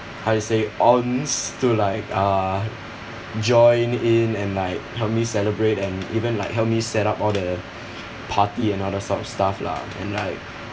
how to say ons to like uh join in and like help me celebrate and even like help me set up all the party and all that sort of stuff lah and like